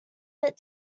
but